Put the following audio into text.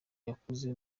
yakuze